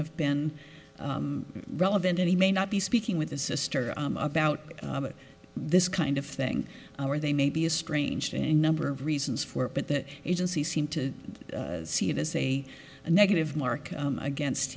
have been relevant and he may not be speaking with his sister about this kind of thing or they may be a strange thing a number of reasons for it but the agency seemed to see it as a negative mark against